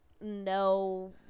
no